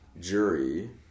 jury